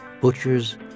butchers